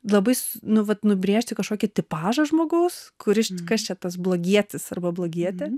labai nu vat nubrėžti kažkokį tipažą žmogaus kuris kas čia tas blogietis arba blogietė